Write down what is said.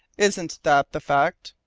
isn't that the fact?